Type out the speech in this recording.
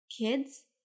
kids